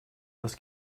was